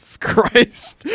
Christ